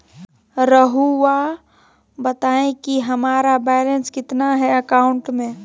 रहुआ बताएं कि हमारा बैलेंस कितना है अकाउंट में?